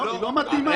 לא מתאימה.